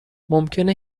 ممکنه